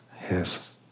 Yes